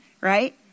right